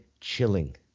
chilling